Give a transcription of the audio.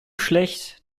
schlecht